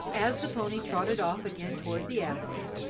as the pony trotted off again toward the avenue,